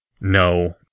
No